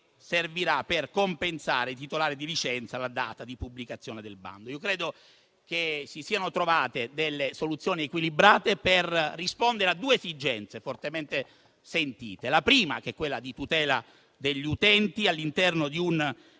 servirà a compensare i titolari di licenza alla data di pubblicazione del bando. Credo che si siano trovate delle soluzioni equilibrate per rispondere a due esigenze fortemente sentite: la prima è quella di tutelare gli utenti all'interno di un